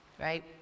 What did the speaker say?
right